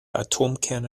atomkerne